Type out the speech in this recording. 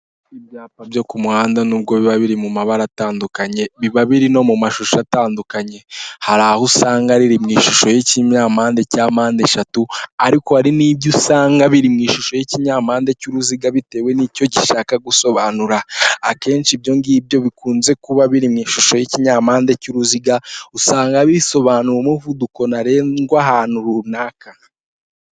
Ibyapa byo ku muhanda nubwo biba biri mu mabara atandukanye biba biri no mu mashusho atandukanye, hari aho usanga riri mu ishusho y'ikinyampande cya mpande eshatu, ariko hari n'ibyo usanga biri mu ishusho y'ikinyampande cy'uruziga bitewe n'icyo gishaka gusobanura, akenshi ibyo ngibyo bikunze kuba biri mu ishusho y'ikinyampande cy'uruziga, usanga bisobanura umuvuduko ntarengwa ahantu runaka.